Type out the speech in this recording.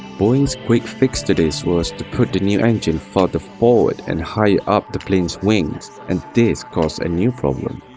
boeing's quick fix to this was to put the new engine farther forward and higher up the plane's wings. and this caused a new problem.